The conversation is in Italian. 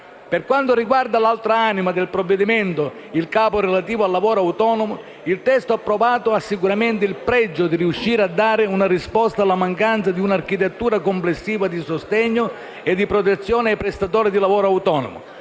Per quanto riguarda l'altra anima del provvedimento, il capo relativo al lavoro autonomo, il testo approvato ha sicuramente il pregio di riuscire a dare una risposta alla mancanza di un'architettura complessiva di sostegno e di protezione ai prestatori di lavoro autonomo.